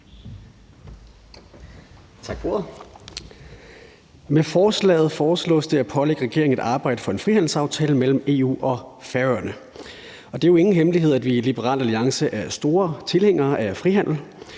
Med forslaget foreslås det at pålægge regeringen at arbejde for en frihandelsaftale mellem EU og Færøerne. Det er jo ingen hemmelighed, at vi i Liberal Alliance er store tilhængere af frihandel.